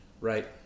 Right